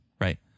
Right